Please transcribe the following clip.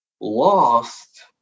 lost